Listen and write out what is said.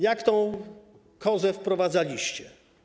Jak tę kozę wprowadzaliście?